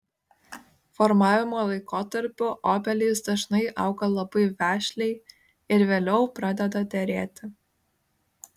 formavimo laikotarpiu obelys dažnai auga labai vešliai ir vėliau pradeda derėti